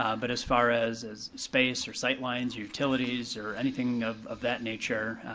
um but as far as as space or sight lines, utilities, or anything of of that nature,